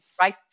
right